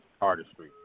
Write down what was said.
artistry